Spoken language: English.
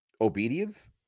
Obedience